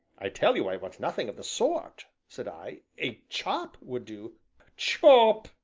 i tell you i want nothing of the sort, said i, a chop would do chop!